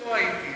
לא הייתי.